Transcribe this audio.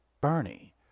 bernie